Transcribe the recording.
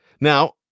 Now